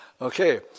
Okay